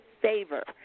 favor